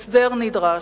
הסדר נדרש.